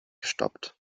gestoppt